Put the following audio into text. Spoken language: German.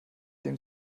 dem